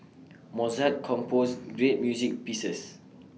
Mozart composed great music pieces